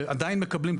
ועדיין מקבלים,